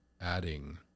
adding